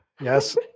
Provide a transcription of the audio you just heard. Yes